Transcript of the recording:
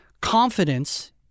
confidence